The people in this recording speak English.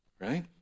right